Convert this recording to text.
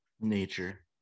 nature